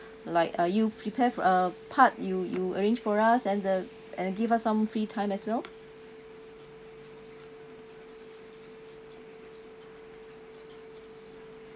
like uh you prepare for uh a part you you arrange for us and the and give us some free time as well